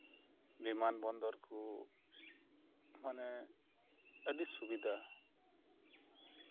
ᱵᱤᱢᱟᱱ ᱵᱚᱱᱫᱚᱨ ᱠᱚ ᱢᱟᱱᱮ ᱟᱹᱰᱤ ᱥᱩᱵᱤᱫᱷᱟ